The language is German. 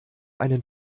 einen